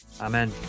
Amen